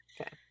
okay